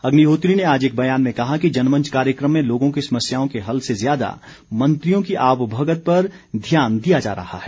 अग्निहोत्री ने आज एक बयान में कहा कि जनमंच कार्यक्रम में लोगों की समस्याओं के हल से ज़्यादा मंत्रियों की आवभगत पर ध्यान दिया जा रहा है